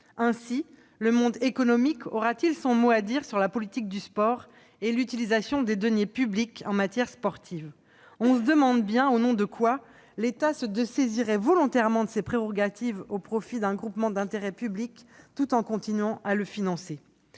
Ainsi le monde économique aura-t-il son mot à dire sur la politique du sport et l'utilisation des deniers publics en matière sportive. On se demande bien au nom de quoi l'État se dessaisirait volontairement de ses prérogatives au profit d'un groupement d'intérêt public tout en continuant à le financer.